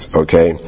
okay